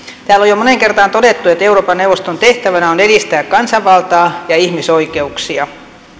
täällä on jo moneen kertaan todettu että euroopan neuvoston tehtävänä on edistää kansanvaltaa ja ihmisoikeuksia